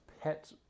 pet